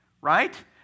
right